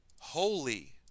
holy